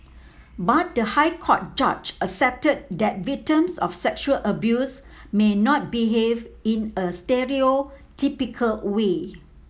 but the High Court judge accepted that victims of sexual abuse may not behave in a stereotypical way